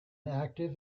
active